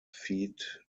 feed